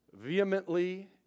vehemently